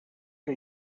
que